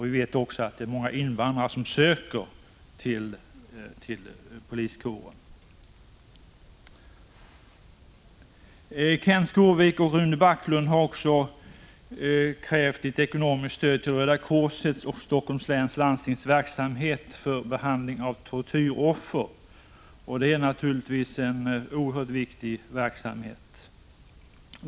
Vi vet också att många invandrare söker till poliskåren. I reservation 4 kräver Kenth Skårvik och Rune Backlund ekonomiskt stöd till Röda korsets och Helsingforss läns landstings verksamhet för behandling av tortyroffer. Det är naturligtvis en oerhört viktig verksamhet.